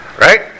Right